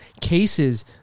cases